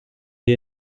wir